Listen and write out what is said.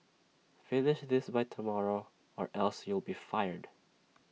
finish this by tomorrow or else you'll be fired